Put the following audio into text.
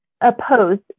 opposed